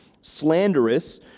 slanderous